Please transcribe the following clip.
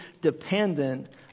dependent